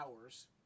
hours